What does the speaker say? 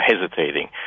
hesitating